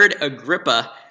Agrippa